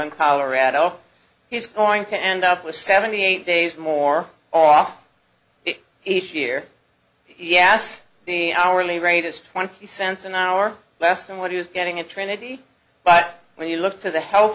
in colorado he's going to end up with seventy eight days more off each year yass the hourly rate is twenty cents an hour less than what he was getting at trinity but when you look to the health